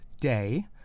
day